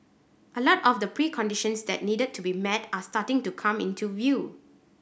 a lot of the preconditions that needed to be met are starting to come into view